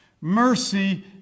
Mercy